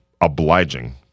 obliging